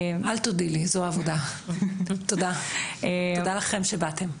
אל תודי לי, זו העבודה שלי, תודה לכן שבאתם.